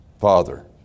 Father